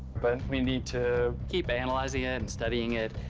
but we need to keep analyzing it and studying it,